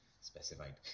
specified